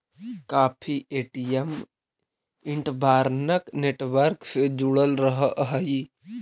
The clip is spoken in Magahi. काफी ए.टी.एम इंटर्बानक नेटवर्क से जुड़ल रहऽ हई